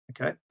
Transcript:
Okay